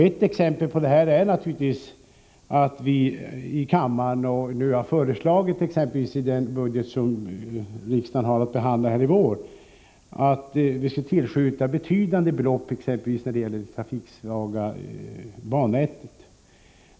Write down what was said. Ett exempel på detta är att regeringen i den budget som riksdagen har att behandla i vår föreslagit att man skall tillskjuta betydande belopp när det gäller det trafiksvaga bannätet.